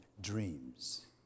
dreams